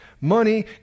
Money